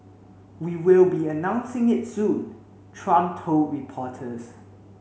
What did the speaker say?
we will be announcing it soon Trump told reporters